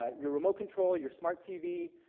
ah your remote control, your smart tv,